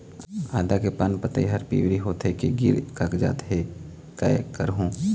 आदा के पान पतई हर पिवरी होथे के गिर कागजात हे, कै करहूं?